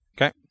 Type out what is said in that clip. Okay